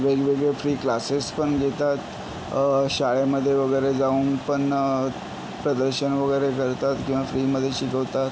वेगवेगळे free classes पण घेतात शाळेमध्ये वगैरे जाऊन पण प्रदर्शन वगैरे करतात किंवा फ्रीमधे शिकवतात